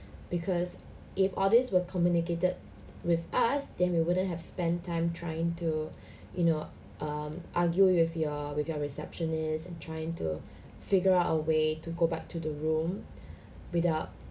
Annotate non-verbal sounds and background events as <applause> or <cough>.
because if all these were communicated with us then we wouldn't have spent time trying to <breath> you know um arguing with your with your receptionist and trying to figure out a way to go back to the room <breath> without